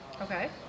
Okay